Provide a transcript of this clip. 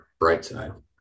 Brightside